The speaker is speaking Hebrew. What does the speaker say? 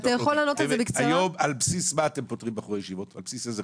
על בסיס איזה חוק אתם פוטרים בחורי ישיבות היום?